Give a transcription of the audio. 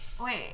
Wait